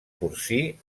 porcí